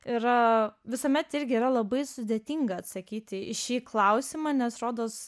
yra visuomet irgi yra labai sudėtinga atsakyti į šį klausimą nes rodos